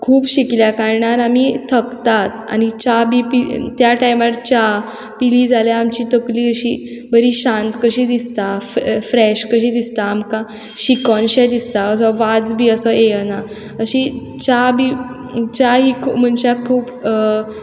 खूब शिकल्या कारणान आमी थकता आनी च्या बी त्या टायमार च्या पिली जाल्यार आमची तकली अशी बरी शांत कशी दिसता फ्रेश कशी दिसता आमकां शिकोनशें दिसता वाज बी असो येयना अशी च्या बी च्या ही मनशाक खूब